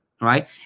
right